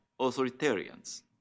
authoritarians